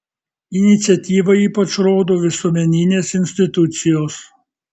iniciatyvą ypač rodo visuomeninės institucijos